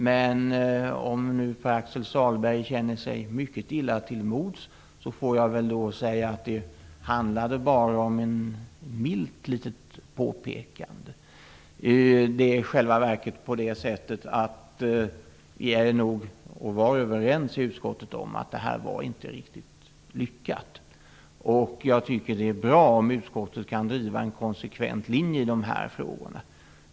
Men om nu Pär-Axel Sahlberg känner sig mycket illa till mods får jag väl säga att det bara handlande om ett milt litet påpekande. I själva verket är det nog så att vi var överens i utskottet om att detta inte var riktigt lyckat. Jag tycker att det är bra om utskottet kan driva en konsekvent linje i de här frågorna.